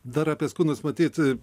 dar apie skundus matyt